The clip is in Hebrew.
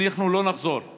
אנחנו לא נחזור,